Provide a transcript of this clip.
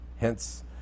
Hence